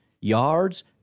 yards